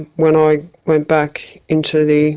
when i went back into the